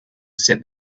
set